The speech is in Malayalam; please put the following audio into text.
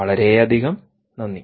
വളരെയധികം നന്ദി